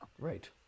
right